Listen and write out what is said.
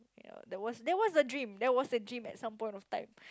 ya that was that was the dream at some point of time